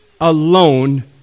alone